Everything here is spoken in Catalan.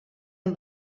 amb